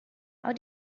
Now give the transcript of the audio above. how